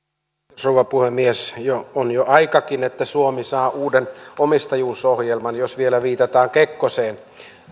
rouva puhemies on jo aikakin että suomi saa uuden omistajuusohjelman jos vielä viitataan kekkoseen